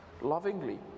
lovingly